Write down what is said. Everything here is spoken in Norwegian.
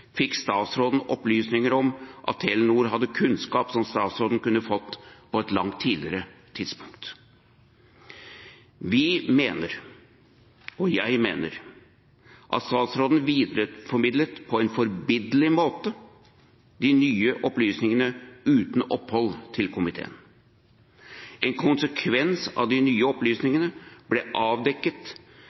fikk statsråden opplysninger om at Telenor hadde kunnskap som statsråden kunne fått på et langt tidligere tidspunkt. Vi mener – og jeg mener – at statsråden på en forbilledlig måte videreformidlet de nye opplysningene uten opphold til komiteen. En konsekvens av at de nye opplysningene ble avdekket,